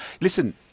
Listen